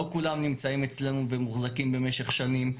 לא כולם נמצאים אצלינו ומוחזקים במשך שנים,